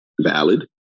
valid